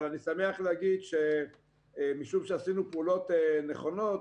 אבל אני שמח להגיד שמשום שעשינו פעולות נכונה,